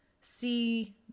see